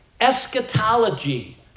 Eschatology